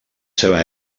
seva